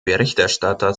berichterstatter